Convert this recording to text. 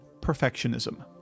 perfectionism